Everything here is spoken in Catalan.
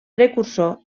precursor